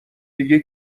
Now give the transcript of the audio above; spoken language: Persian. دیگه